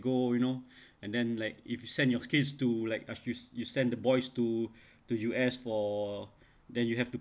go you know and then like if you send your kids to like if you send the boys to to U_S for then you have to